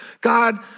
God